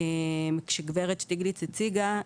כשגברת שטיגליץ הציגה,